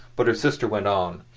but her sister went on.